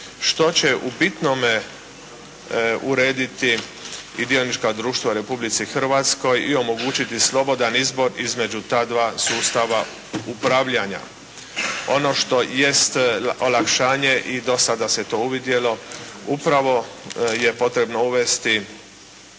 što će u bitnome urediti i dionička društva u Republici Hrvatskoj i omogućiti slobodan izbor između ta dva sustava upravljanja. Ono što jest olakšanja i ono što se do sada uvidjelo upravo je potrebno uvesti